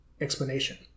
explanation